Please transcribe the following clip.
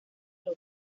los